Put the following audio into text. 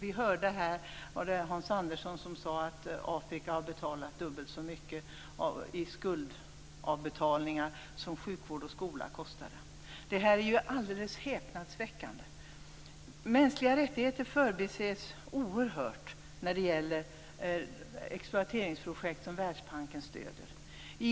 Vi hörde Hans Andersson säga att Afrika har betalat dubbelt så mycket i avbetalningar på skulder som för sjukvård och skola. Detta är alldeles häpnadsväckande! Mänskliga rättigheter förbises i exploateringsprojekt som Världsbanken stöder.